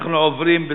אנחנו עוברים,